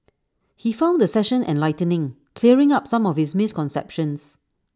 he found the session enlightening clearing up some of his misconceptions